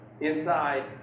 inside